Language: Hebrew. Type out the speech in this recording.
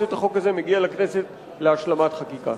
את החוק הזה מגיע לכנסת להשלמת חקיקה.